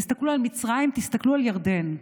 תסתכלו על מצרים, תסתכלו על ירדן.